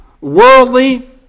worldly